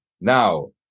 Now